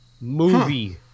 movie